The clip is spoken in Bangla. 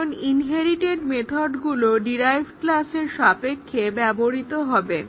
কারণ ইনহেরিটেড মেথডগুলো ডিরাইভড ক্লাসের সাপেক্ষে ব্যবহৃত হবে